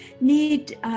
need